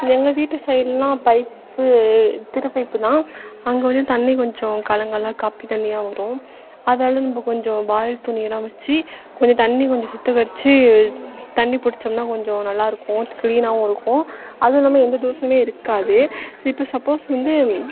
எங்கள் வீட்டு சைடுலாம் பைப்பு திரு பைப்பு தான் அங்கே வரையும் தண்ணி கொஞ்சம் கலங்கலாக காப்பித் தண்ணியாக வரும் அதால நம்ம கொஞ்சம் பாயில் துணியெல்லாம் வச்சி கொஞ்சம் தண்ணி கொஞ்சம் சுத்திக்கரித்து தண்ணி பிடிச்சம்னா கொஞ்சம் நல்லாயிருக்கும் க்ளீனாகவும் இருக்கும் அதுல்லாம எந்த தூசுமே இருக்காது இப்போ சப்போஸ் வந்து